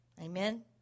Amen